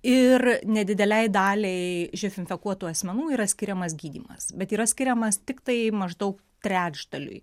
ir nedidelei daliai živ infekuotų asmenų yra skiriamas gydymas bet yra skiriamas tiktai maždaug trečdaliui